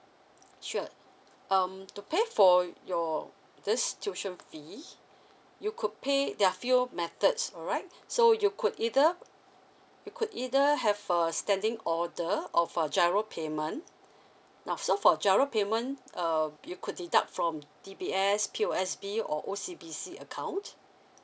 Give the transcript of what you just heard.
sure um to pay for your this tuition fee you could pay there're few methods alright so you could either you could either have a standing order of a giro payment now so for giro payment uh you could deduct from D_B_S P_O_S_B or O_C_B_C account